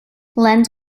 lens